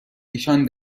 نشان